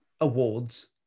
awards